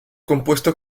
compuesto